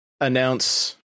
announce